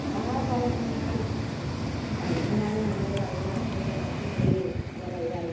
आरो दाना बिनिफ्राय गांजेमाबो मोनलायबाय गांजेमाखौबो आखाइयाव ब्रे सुजालायबाय